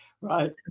right